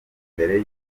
mbere